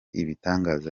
ibitangaza